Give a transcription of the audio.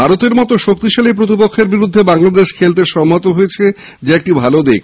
ভারতের মত শক্তিশালী প্রতিপক্ষের বিরুদ্ধে বাংলাদেশ খেলতে সম্মত হয়েছে যা একটি ভাল দিক